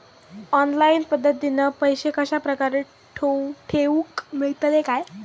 Online पद्धतीन पैसे कश्या प्रकारे ठेऊक मेळतले काय?